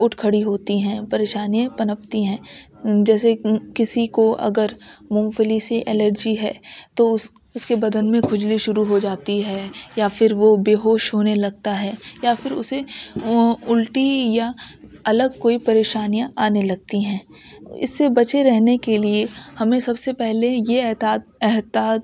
اٹھ کھڑی ہوتی ہیں پریشانیاں پنپتی ہیں جیسے کسی کو اگر مونگ پھلی سے الرجی ہے تو اس اس کے بدن میں کھجلی شروع ہو جاتی ہے یا پھر وہ بیہوش ہونے لگتا ہے یا پھر اسے الٹی یا الگ کوئی پریشانیاں آنے لگتی ہیں اس سے بچے رہنے کے لیے ہمیں سب سے پہلے یہ احتیاط احتیاط